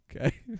Okay